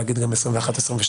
כבר להגיד גם על 2021 ו-2022.